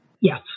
Yes